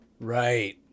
Right